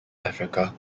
africa